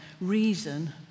reason